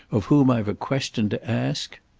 of whom i've a question to ask?